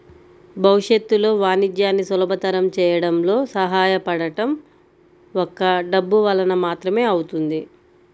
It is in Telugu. భవిష్యత్తులో వాణిజ్యాన్ని సులభతరం చేయడంలో సహాయపడటం ఒక్క డబ్బు వలన మాత్రమే అవుతుంది